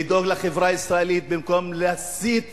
לדאוג לחברה הישראלית במקום להסית